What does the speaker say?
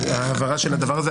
ההבהרה של הדבר הזה,